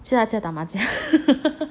去他的家打麻将